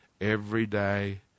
everyday